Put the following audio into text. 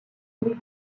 louis